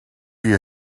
you